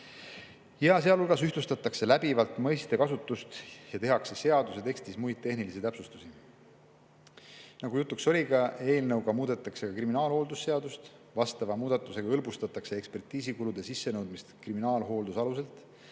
sealhulgas ühtlustatakse läbivalt mõistekasutust ja tehakse seaduse tekstis muid tehnilisi täpsustusi. Nagu jutuks oli, muudetakse eelnõuga ka kriminaalhooldusseadust. Muudatusega hõlbustatakse ekspertiisikulude sissenõudmist kriminaalhooldusaluselt,